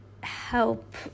help